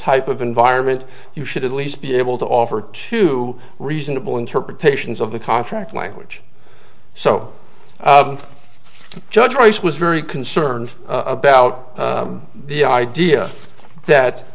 type of environment you should at least be able to offer two reasonable interpretations of the contract language so judge rice was very concerned about the idea that